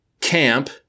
camp